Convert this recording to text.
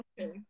Okay